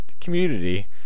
community